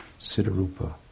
Siddharupa